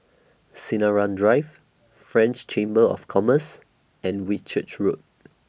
Sinaran Drive French Chamber of Commerce and Whitchurch Road